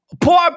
Poor